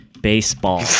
baseball